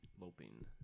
Loping